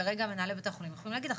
כרגע ומנהלי בתי החולים יכולים להגיד לכם,